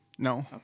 no